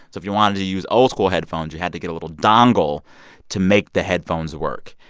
so if you wanted to use old-school headphones, you had to get a little dongle to make the headphones work.